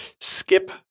Skip